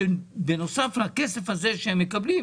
כך שבנוסף לכסף שהם מקבלים,